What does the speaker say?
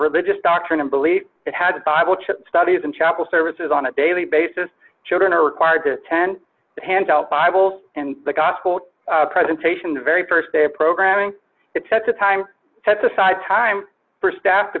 religious doctrine and belief it had bible studies in chapel services on a daily basis children are required to attend handout bibles and the gospel presentation the very st day of programming it sets a time set aside time for staff to